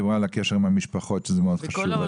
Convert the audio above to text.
דיברה על הקשר עם המשפחות שזה מאוד חשוב.